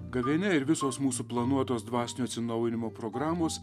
gavėnia ir visos mūsų planuotos dvasinio atsinaujinimo programos